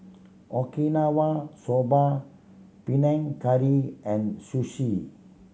Okinawa Soba Panang Curry and Zosui